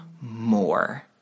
more